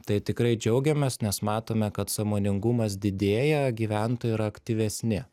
tai tikrai džiaugiamės nes matome kad sąmoningumas didėja gyventojai yra aktyvesni